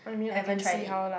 I haven't tried it